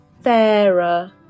fairer